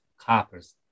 coppers